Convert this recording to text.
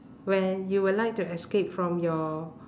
where you will like to escape from your